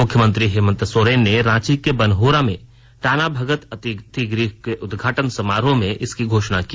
मुख्यमंत्री हेमंत सोरेन ने रांची के बनहोरा में टाना भगत अतिथिगृह के उद्घाटन समारोह में इसकी घोषणा की